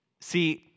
See